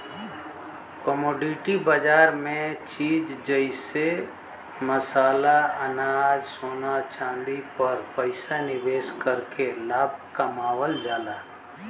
commodity बाजार में चीज जइसे मसाला अनाज सोना चांदी पर पैसा निवेश कइके लाभ कमावल जाला